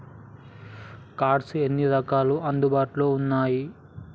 Cards ఎన్ని రకాలు అందుబాటులో ఉన్నయి?